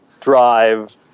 drive